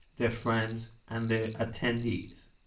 their friends and the attendees.